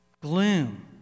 gloom